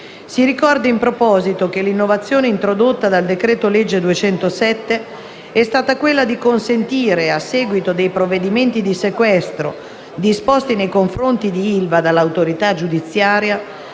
Si ricorda in proposito che l'innovazione introdotta dal decreto-legge n. 207 del 2012 è stata quella di consentire, a seguito dei provvedimenti di sequestro disposti nei confronti di ILVA dall'autorità giudiziaria,